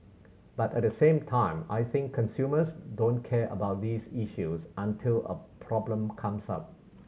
but at the same time I think consumers don't care about these issues until a problem comes up